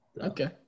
Okay